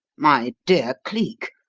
my dear cleek,